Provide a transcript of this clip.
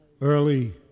early